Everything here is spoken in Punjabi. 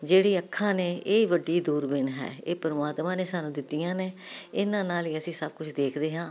ਜਿਹੜੀ ਅੱਖਾਂ ਨੇ ਇਹ ਵੱਡੀ ਦੂਰਬੀਨ ਇਹ ਪਰਮਾਤਮਾ ਨੇ ਸਾਨੂੰ ਦਿੱਤੀਆਂ ਨੇ ਇਹਨਾਂ ਨਾਲ ਹੀ ਅਸੀਂ ਸਭ ਕੁਝ ਦੇਖਦੇ ਹਾਂ